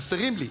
חסרים לי,